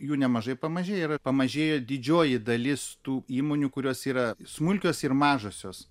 jų nemažai pamažėjo yra pamažėjo didžioji dalis tų įmonių kurios yra smulkios ir mažosios